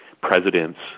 presidents